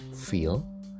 feel